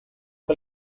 que